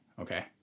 okay